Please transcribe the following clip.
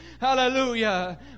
Hallelujah